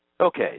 Okay